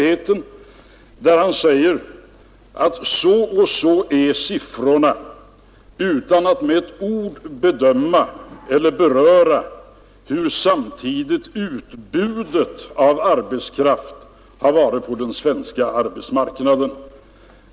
Han säger att så och så är siffrorna, utan att med ett ord beröra hur samtidigt utbudet av arbetskraft har varit på den svenska arbetsmarknaden.